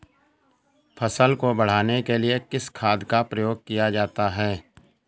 फसल को बढ़ाने के लिए किस खाद का प्रयोग किया जाता है?